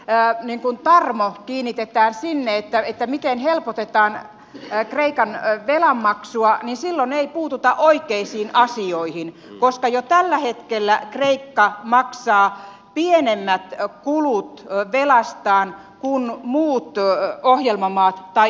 jos kaikki tarmo kiinnitetään siihen miten helpotetaan kreikan velanmaksua niin silloin ei puututa oikeisiin asioihin koska jo tällä hetkellä kreikka maksaa pienemmät kulut velastaan kuin muut ohjelmamaat tai esimerkiksi italia